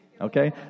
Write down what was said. Okay